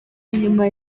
nyuma